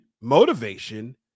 motivation